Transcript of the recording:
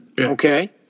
okay